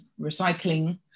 recycling